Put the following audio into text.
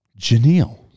Janelle